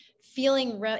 feeling